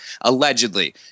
Allegedly